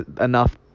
enough